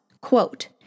quote